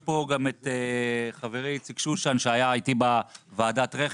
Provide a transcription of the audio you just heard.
נמצא כאן גם חברי איציק שושן שהיה איתי בוועדת הרכב.